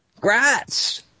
Grats